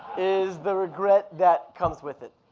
is the regret that comes with it.